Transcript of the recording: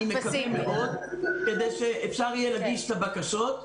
כדי שאפשר יהיה להגיש את הבקשות,